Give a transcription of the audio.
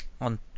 On